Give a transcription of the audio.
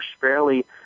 fairly